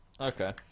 okay